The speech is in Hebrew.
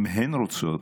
אם הן רוצות,